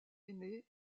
aîné